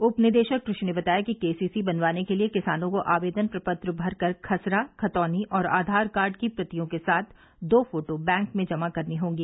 उप निदेशक कृषि ने बताया कि केसीसी बनवाने के लिए किसानों को आवेदन प्रपत्र भरकर खसरा खतौनी और आधार कार्ड की प्रतियों के साथ दो फोटो बैंक में जमा करने होंगे